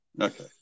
Okay